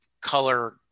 color